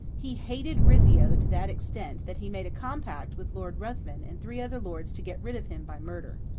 he hated rizzio to that extent, that he made a compact with lord ruthven and three other lords to get rid of him by murder.